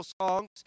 songs